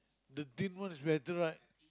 the thin ones better right